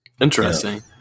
Interesting